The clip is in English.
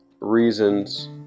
reasons